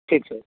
ठीक छै